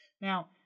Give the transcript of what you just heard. now